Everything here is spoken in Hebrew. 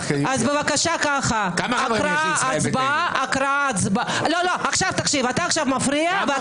הקראה הצבעה, הקראה הצבעה.